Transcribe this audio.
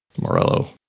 Morello